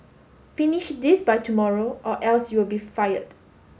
finish this by tomorrow or else you'll be fired